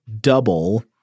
double